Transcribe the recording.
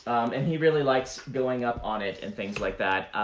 and he really likes going up on it and things like that.